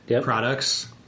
products